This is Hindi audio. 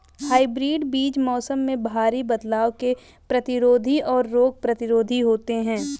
हाइब्रिड बीज मौसम में भारी बदलाव के प्रतिरोधी और रोग प्रतिरोधी होते हैं